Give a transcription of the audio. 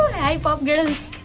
hi pop girls!